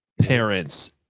parents